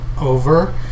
over